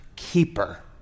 Keeper